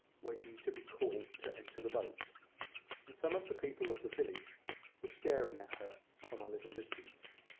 waiting to be called to enter the boat and some of the people of the village were staring at her from a little distance.